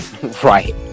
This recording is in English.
Right